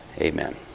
amen